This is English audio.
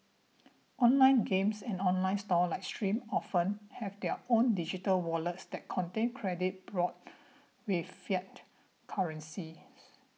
online games and online stores like Steam often have their own digital wallets that contain credit bought with fiat currency